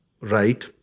right